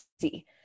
see